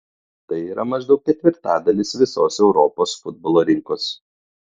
tai yra maždaug ketvirtadalis visos europos futbolo rinkos